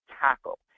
tackle